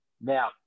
Now